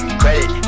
credit